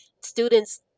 Students